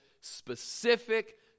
specific